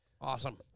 Awesome